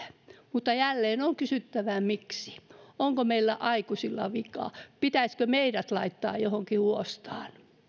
mutta jälleen on kysyttävä miksi onko meillä aikuisilla vikaa pitäisikö meidät laittaa johonkin huostaan